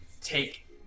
take